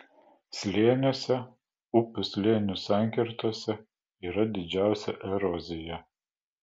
slėniuose upių slėnių sankirtose yra didžiausia erozija